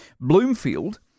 Bloomfield